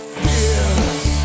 fears